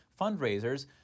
fundraisers